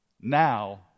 Now